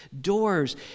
doors